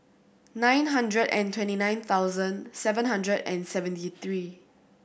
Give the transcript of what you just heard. nine hundred and twenty nine thousand seven hundred and seventy three